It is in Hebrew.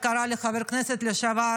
איך אמרה חברת הכנסת השכל,